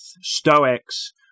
Stoics